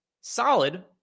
solid